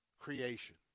creation